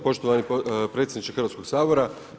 Poštovani predsjedniče Hrvatskoga sabora.